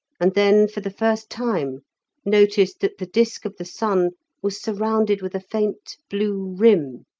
and then for the first time noticed that the disk of the sun was surrounded with a faint blue rim,